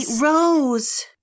rose